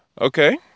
Okay